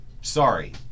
sorry